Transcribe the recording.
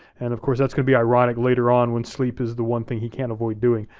and of course that's gonna be ironic later on when sleep is the one thing he can't avoid doing.